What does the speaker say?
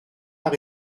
pas